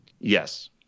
Yes